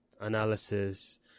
analysis